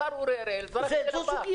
השר אורי אריאל זרק את זה לפח.